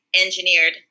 Engineered